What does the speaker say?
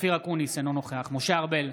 אופיר אקוניס, אינו נוכח משה ארבל,